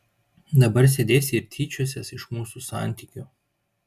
dabar sėdėsi ir tyčiosies iš mūsų santykių